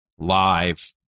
Live